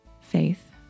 faith